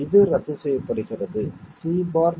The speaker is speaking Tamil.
இது ரத்து செய்யப்படுகிறது c'